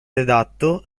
redatto